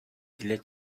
dile